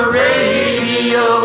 radio